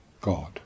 God